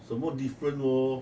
什么 different wor